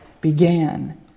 began